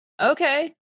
Okay